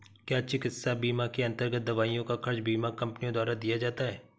क्या चिकित्सा बीमा के अन्तर्गत दवाइयों का खर्च बीमा कंपनियों द्वारा दिया जाता है?